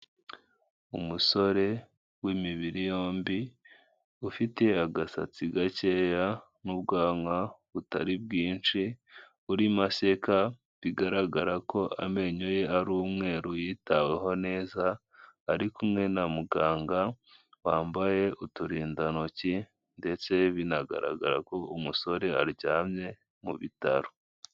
Umusore w'imibiri yombi, ufite agasatsi gakeya n'ubwanwa butari bwinshi, urimo seka, bigaragara ko amenyo ye ari umweru yitaweho neza, ari kumwe na muganga wambaye uturindantoki ndetse binagaragara ko umusore aryamye mu bitaro.